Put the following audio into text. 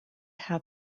half